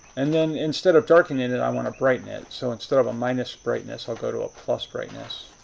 and then, instead of darkening it, i want to brighten it. so, instead of a minus brightness, i'll go to a plus brightness.